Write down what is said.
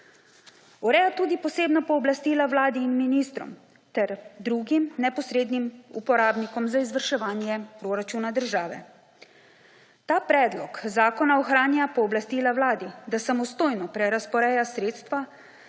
Ureja tudi posebna pooblastila Vladi in ministrom ter drugim neposrednim uporabnikom za izvrševanje proračuna države. Ta predlog zakona ohranja pooblastila Vladi, da samostojno prerazporeja sredstva